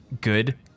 good